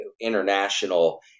international